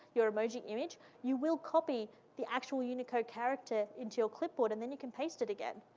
your emoji image, you will copy the actual unicode character into your clipboard and then you can paste it again,